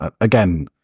again